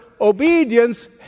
obedience